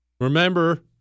Remember